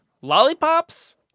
Lollipops